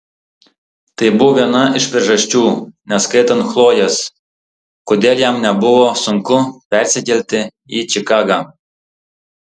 tai buvo viena iš priežasčių neskaitant chlojės kodėl jam nebuvo sunku persikelti į čikagą